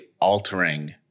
altering